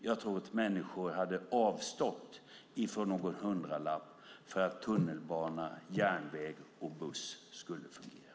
Jag tror att människor gärna hade avstått från någon hundralapp för att tunnelbana, järnväg och buss skulle fungera.